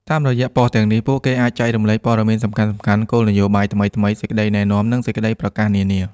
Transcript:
តាមរយៈប៉ុស្តិ៍ទាំងនេះ ពួកគេអាចចែករំលែក ព័ត៌មានសំខាន់ៗ គោលនយោបាយថ្មីៗ សេចក្តីណែនាំ និងសេចក្តីប្រកាសនានា។